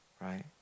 right